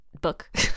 book